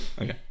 Okay